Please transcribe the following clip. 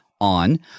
on